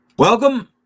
Welcome